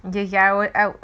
你 yarwood out